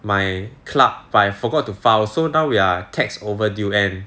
my club but I forgot to file so now we are tax overdue and